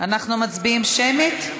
אנחנו מצביעים שמית?